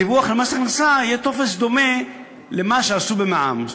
הדיווח למס הכנסה יהיה בטופס דומה לזה שעשו במע"מ,